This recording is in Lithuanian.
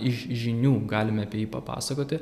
iš žinių galime apie jį papasakoti